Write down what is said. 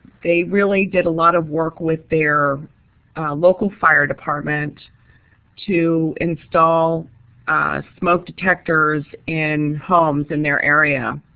they really did a lot of work with their local fire department to install smoke detectors in homes in their area.